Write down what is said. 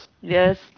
Yes